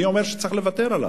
מי אומר שצריך לוותר עליו?